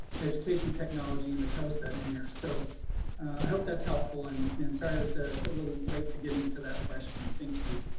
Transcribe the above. education technology and the tosa in there. so i hope that's helpful and and sorry, i was a ah little late to get into that question. thank you.